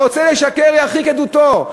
הרוצה לשקר, ירחיק עדותו.